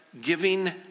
giving